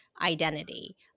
identity